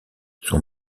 son